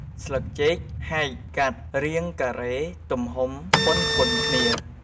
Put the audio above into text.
ស្លឹកចេកហែកកាត់រាងការេទំហំប៉ុនៗគ្នា។